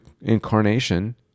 incarnation